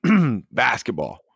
basketball